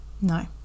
No